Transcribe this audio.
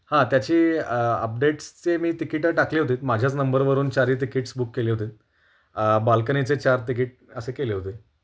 हा त्याची अपडेट्सचे मी तिकीटं टाकली होतीत माझ्याच नंबरवरून चारी तिकीट्स बुक केले होते बाल्कनीचे चार तिकीट असे केले होते